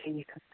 ٹھیٖک حظ